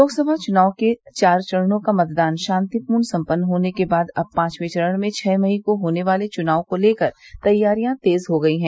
लोकसभा चुनाव के चार चरणों का मतदान शांतिपूर्ण सम्पन्न होने के बाद अब पांचवें चरण में छह मई को होने वाले चुनाव को लेकर तैयारियां तेज हो गई है